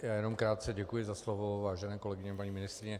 Já jenom krátce, děkuji za slovo, vážené kolegyně, paní ministryně.